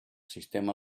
sistema